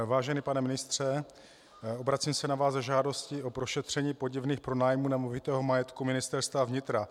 Vážený pane ministře, obracím se na vás s žádostí o prošetření podivných pronájmů nemovitého majetku ministerstva vnitra.